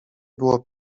było